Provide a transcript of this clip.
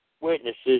witnesses